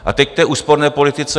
A teď k té úsporné politice.